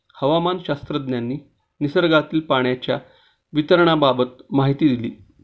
हवामानशास्त्रज्ञांनी निसर्गातील पाण्याच्या वितरणाबाबत माहिती दिली